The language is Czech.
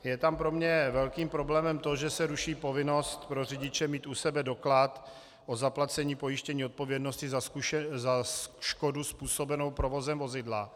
Je tam pro mě velkým problémem to, že se ruší povinnost pro řidiče mít u sebe doklad o zaplacení pojištění odpovědnosti za škodu způsobenou provozem vozidla.